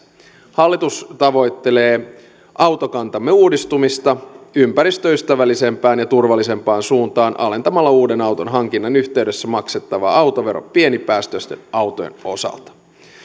hallitus tavoittelee autokantamme uudistumista ympäristöystävällisempään ja turvallisempaan suuntaan alentamalla uuden auton hankinnan yhteydessä maksettavaa autoveroa pienipäästöisten autojen osalta